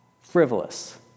frivolous